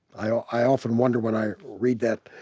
i ah i often wonder when i read that,